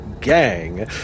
Gang